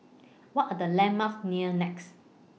What Are The landmarks near Nex